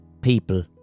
people